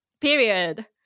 Period